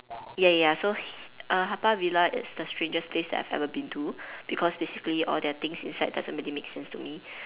ya ya ya so h~ err Haw Par Villa is the strangest place that I've ever been to because basically all their things inside doesn't really make sense to me